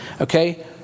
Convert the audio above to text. Okay